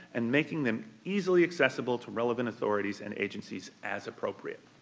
and making them easily accessible to relevant authorities and agencies as appropriate.